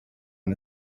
man